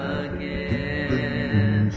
again